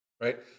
Right